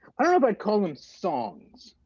ah but call them songs.